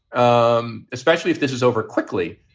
um especially if this is over quickly.